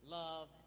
love